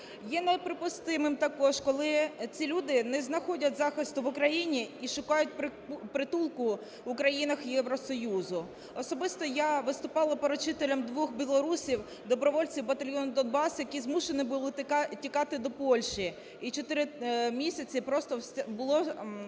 Є неприпустимим також, коли ці люди не знаходять захисту в Україні і шукають притулку у країнах Євросоюзу. Особисто я виступала поручителем двох білорусів, добровольців батальйону "Донбас", які змушені були тікати до Польщі, і чотири місяці просто було